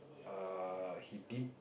err he did